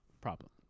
problem